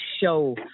show